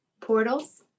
portals